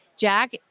Jack